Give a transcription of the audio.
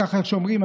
איך שאומרים,